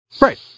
Right